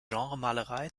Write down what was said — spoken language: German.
genremalerei